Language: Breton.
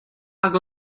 hag